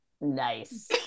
nice